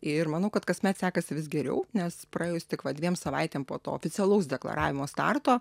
ir manau kad kasmet sekasi vis geriau nes praėjus tik va dviem savaitėm po to oficialaus deklaravimo starto